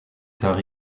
tard